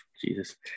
Jesus